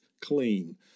clean